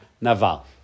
Naval